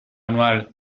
anual